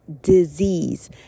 disease